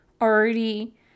already